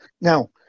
Now